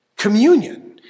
Communion